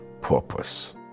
purpose